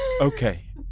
Okay